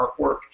artwork